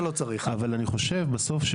אני חושב בסוף,